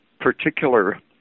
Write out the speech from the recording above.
particular